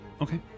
Okay